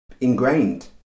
ingrained